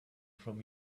from